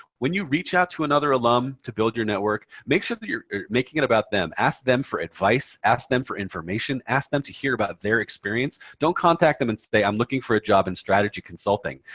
when you reach out to another alum to build your network, make sure that you're making it about them. ask them for advice. ask them for information. ask them to hear about their experience. don't contact them and say, i'm looking for a job in strategy consulting.